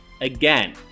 Again